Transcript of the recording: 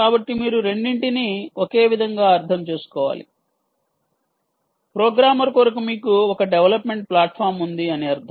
కాబట్టి మీరు రెండింటినీ ఒకే విధంగా అర్థం చేసుకోవాలి ప్రోగ్రామర్ కొరకు మీకు ఒక డెవలప్మెంట్ ప్లాట్ఫాం ఉంది అని అర్థం